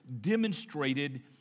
demonstrated